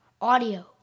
audio